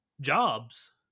jobs